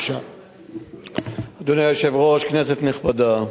אדוני היושב-ראש, כנסת נכבדה,